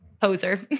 poser